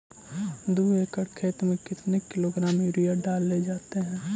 दू एकड़ खेत में कितने किलोग्राम यूरिया डाले जाते हैं?